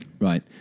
Right